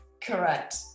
correct